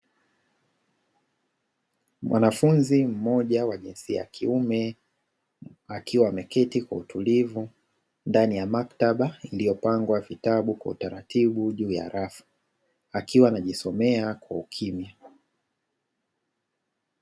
Mwanafunzi mmoja wa jinsia ya kiume, akiwa ameketi kwa utulivu ndani ya maktaba iliyopangwa vitabu kwa utaratibu juu ya rafu, akiwa anajisomea kwa ukimya.